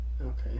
Okay